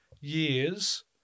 years